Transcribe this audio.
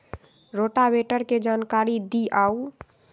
Rotavator के जानकारी दिआउ?